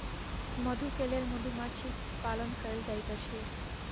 मधु के लेल मधुमाछी पालन कएल जाइत अछि